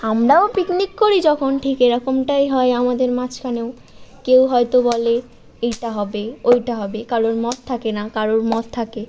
আমরাও পিকনিক করি যখন ঠিক এরকমটাই হয় আমাদের মাঝখানেও কেউ হয়তো বলে এইটা হবে ওইটা হবে কারোর মত থাকে না কারোর মত থাকে